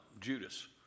Judas